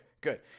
Good